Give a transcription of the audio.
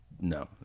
no